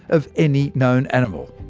of any known animal.